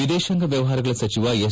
ವಿದೇಶಾಂಗ ವ್ವವಹಾರಗಳ ಸಚಿವ ಎಸ್